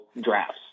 drafts